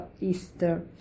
Easter